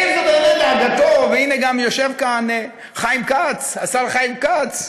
אם זו באמת דאגתו, והנה, גם יושב כאן השר חיים כץ,